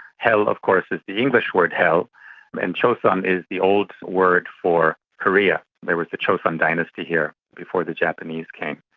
hell of course is the english word hell, and chosun is the old word for korea, there was the chosun dynasty here before the japanese came.